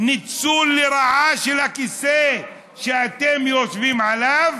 שהוא ניצול לרעה של הכיסא שאתם יושבים עליו,